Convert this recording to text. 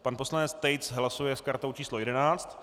Pan poslanec Tejc hlasuje s kartou číslo 11.